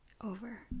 over